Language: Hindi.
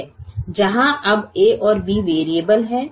जहाँ अब a और b वैरिएबल हैं